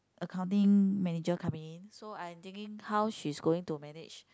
accounting manager coming in so I'm thinking how she's going to manage